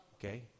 Okay